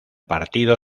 partido